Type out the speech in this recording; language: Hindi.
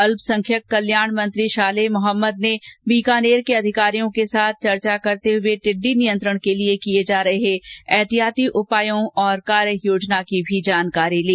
अल्पसंख्यक कल्याण मंत्री शाले मोहम्मद ने बीकानेर के अधिकारियों के साथ चर्चा करते हुए टिड़डी नियंत्रण के लिए किए जा रहे एहतियाती उपायों और कार्य योजना की जानकारी ली